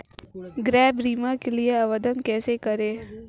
गृह बीमा के लिए आवेदन कैसे करें?